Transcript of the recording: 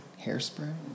Hairspray